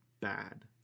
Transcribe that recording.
bad